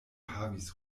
havis